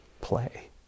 play